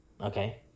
okay